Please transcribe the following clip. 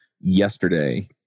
yesterday